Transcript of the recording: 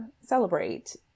celebrate